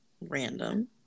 random